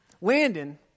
Landon